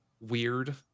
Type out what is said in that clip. weird